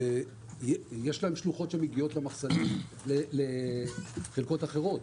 יש שלוחות שמגיעות למחסנים לחלקות אחרות.